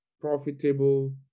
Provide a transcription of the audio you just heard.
profitable